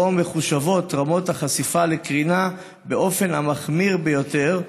שבו מחושבות רמות החשיפה לקרינה באופן המחמיר ביותר,